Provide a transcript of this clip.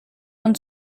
und